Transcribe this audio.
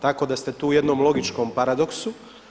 Tako da ste tu u jednom logičkom paradoksu.